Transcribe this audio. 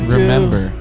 Remember